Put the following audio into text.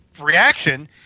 reaction